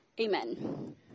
Amen